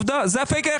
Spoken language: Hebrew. זה פייק,